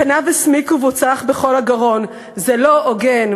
פניו הסמיקו והוא צרח במלוא הגרון: "זה לא הוגן!"